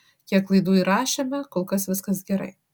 kiek laidų įrašėme kol kas viskas gerai